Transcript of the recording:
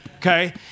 Okay